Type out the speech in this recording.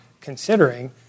considering